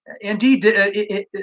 Indeed